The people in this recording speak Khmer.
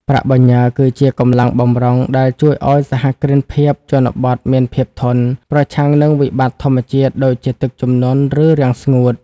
ប្រាក់បញ្ញើគឺជា "កម្លាំងបម្រុង" ដែលជួយឱ្យសហគ្រិនភាពជនបទមានភាពធន់ ប្រឆាំងនឹងវិបត្តិធម្មជាតិដូចជាទឹកជំនន់ ឬរាំងស្ងួត។